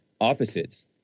opposites